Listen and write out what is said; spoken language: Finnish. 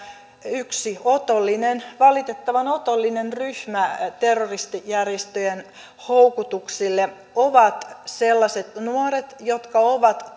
yksi valitettavan otollinen ryhmä terroristijärjestöjen houkutuksille ovat sellaiset nuoret jotka ovat